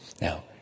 Now